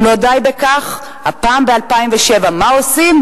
אם לא די בכך, הפעם ב-2007, מה עושים?